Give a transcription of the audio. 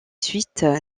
suites